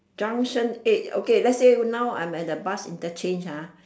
junction-eight okay let's say now I'm at the bus interchange ha